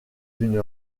une